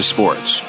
Sports